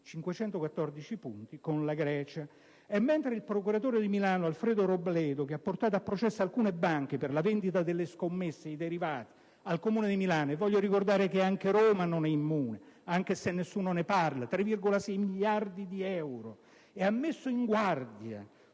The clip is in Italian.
514 punti con la Grecia. E mentre il procuratore aggiunto di Milano Alfredo Robledo, che ha portato a processo alcune banche per la vendita delle scommesse, i derivati, al Comune di Milano - voglio ricordare che anche Roma non è immune, anche se nessuno ne parla (3,6 miliardi di euro) - ha messo in guardia